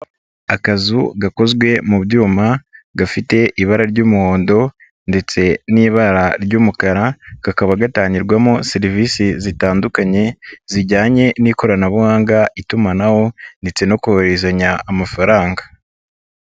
Akazu gakozwe mu byuma, gafite ibara ry'umuhondo ndetse n'ibara ry'umukara, kakaba gatangirwamo serivisi zitandukanye, zijyanye n'ikoranabuhanga, itumanaho ndetse no kohererezanya amafaranga.